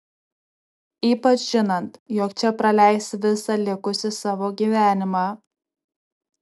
ypač žinant jog čia praleisi visą likusį savo gyvenimą